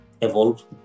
evolve